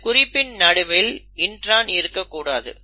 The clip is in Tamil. இந்த குறிப்பின் நடுவில் இன்ட்ரான் இருக்கக் கூடாது